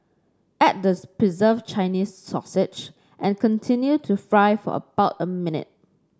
add the preserved Chinese sausage and continue to fry for about a minute